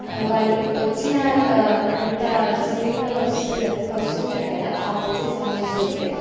వాళ్ళు వచ్చినా అంతా చిన్నగా వస్తున్నారు వస్తుంటారు కదా ఆ వచ్చే సమయంలోపే